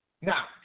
Now